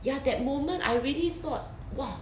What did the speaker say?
ya that moment I really thought !wah!